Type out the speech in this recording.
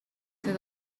ser